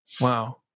Wow